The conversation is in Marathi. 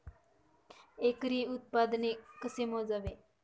एकरी उत्पादन कसे मोजावे?